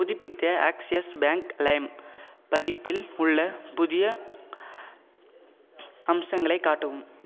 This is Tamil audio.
புதுப்பித்த ஆக்ஸியஸ் பேங்க் லைம் பதிப்பில் உள்ள புதிய அம்சங்களை காட்டவும்